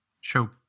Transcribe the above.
show